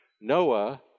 Noah